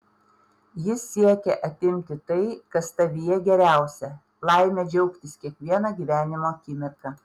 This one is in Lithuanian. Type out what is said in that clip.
jis siekia atimti tai kas tavyje geriausia laimę džiaugtis kiekviena gyvenimo akimirka